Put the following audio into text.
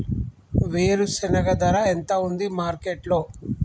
వేరుశెనగ ధర ఎంత ఉంది మార్కెట్ లో?